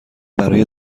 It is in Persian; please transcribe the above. برای